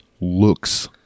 looks